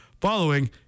following